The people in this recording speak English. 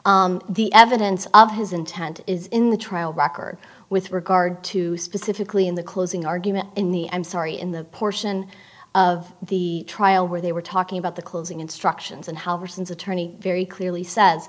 the evidence of his intent is in the trial record with regard to specifically in the closing argument in the i'm sorry in the portion of the trial where they were talking about the closing instructions and how ever since attorney very clearly says